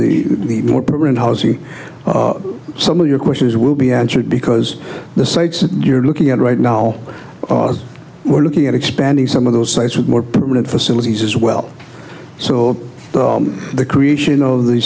the more permanent housing some of your questions will be answered because the sites you're looking at right now we're looking at expanding some of those sites with more permanent facilities as well so the creation of the